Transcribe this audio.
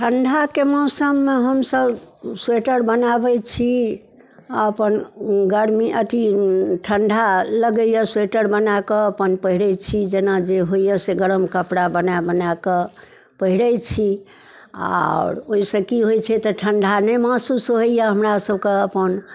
ठंडाके मौसममे हमसब स्वेटर बनाबै छी अपन गरमी अथी ठंडा लगैया स्वेटर बनाके अपन पहिरै छी जेना जे होयैया से गरम कपड़ा बना बना कऽ आओर ओहिसँ की होइ छै तऽ ठंडा नहि महसूस होयैया हमरा सबके अपन